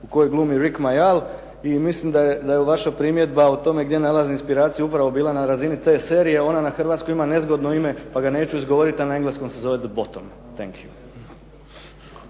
u kojoj glumi Rick Mayal i mislim da je vaša primjedba o tome gdje nalazi inspiraciju upravo bila na razini te serije. Ona na hrvatskom ima nezgodno ime pa ga neću izgovorit, a na engleskom se zove "The bottom".